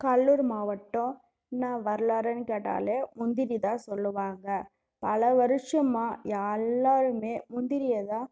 கடலூர் மாவட்டம் என்ன வரலாறுன்னு கேட்டால் முந்திரி தான் சொல்லுவாங்க பல வருஷமாக எல்லாருமே முந்திரியை தான்